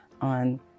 on